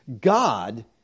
God